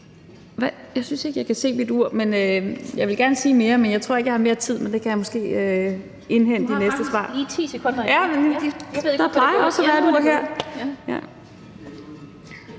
Jeg synes ikke, jeg kan se mit ur. Jeg ville gerne sige mere, men jeg tror ikke, at jeg har mere tid. Det kan jeg måske indhente i næste svar.